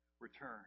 return